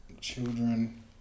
Children